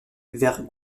vers